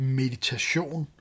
meditation